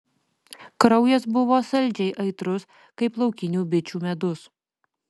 kraujas buvo saldžiai aitrus kaip laukinių bičių medus